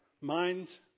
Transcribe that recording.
minds